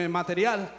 material